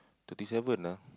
thirty seven lah